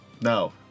No